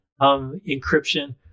encryption